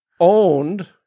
owned